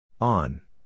On